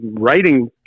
writing